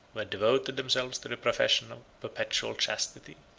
who had devoted themselves to the profession of perpetual chastity.